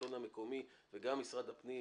השלטון המקומי וגם משרד הפנים,